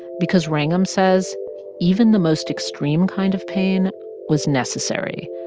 because wrangham says even the most extreme kind of pain was necessary.